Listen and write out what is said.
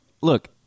Look